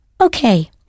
Okay